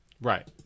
Right